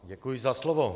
Děkuji za slovo.